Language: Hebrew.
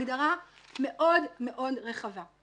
הגדרה מאוד מאוד רחבה,